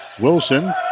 Wilson